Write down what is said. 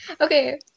Okay